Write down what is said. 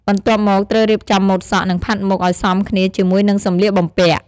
បន្ទាប់មកត្រូវរៀបចំម៉ូដសក់ និងផាត់មុខឱ្យសមគ្នាជាមួយនឹងសម្លៀកបំពាក់។